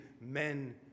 men